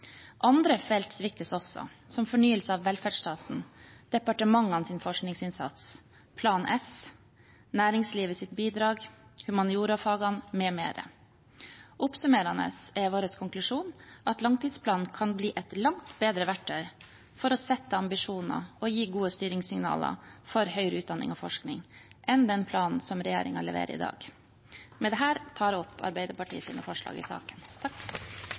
Andre felt sviktes også, som fornyelse av velferdsstaten, departementenes forskningsinnsats, Plan S, næringslivets bidrag, humaniorafagene, m.m. Oppsummert er vår konklusjon at langtidsplanen kan bli et langt bedre verktøy for å sette ambisjoner og gi gode styringssignaler for høyere utdanning og forskning enn den planen som regjeringen leverer i dag. Med dette tar jeg opp det forslaget Arbeiderpartiet har alene i saken,